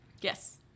yes